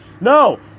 No